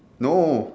no